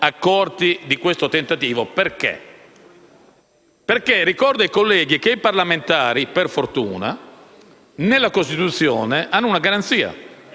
accorti di questo tentativo. Ricordo ai colleghi che i parlamentari, per fortuna, nella Costituzione hanno una garanzia: